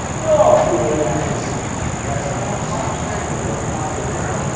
look, you know, you have these questions which sound difficult. they are not difficult.